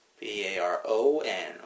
B-A-R-O-N